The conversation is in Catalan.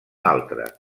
altre